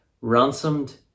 ransomed